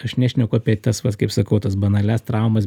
aš nešneku apie tas vas kaip sakau tas banalias traumas